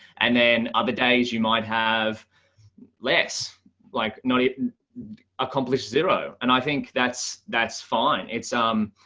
and then other days you might have less like not accomplish zero and i think that's, that's fine it's um